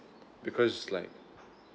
because like